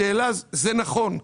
השאלה, זה נכון.